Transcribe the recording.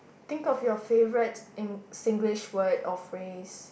think of your favourite in Singlish word or phrase